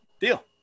deal